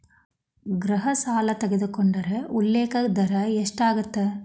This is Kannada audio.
ಗೃಹ ಸಾಲ ತೊಗೊಂಡ್ರ ಉಲ್ಲೇಖ ದರ ಎಷ್ಟಾಗತ್ತ